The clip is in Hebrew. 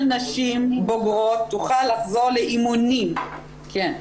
ליגת הנשים בוגרות תוכל לחזור לאימונים, כן.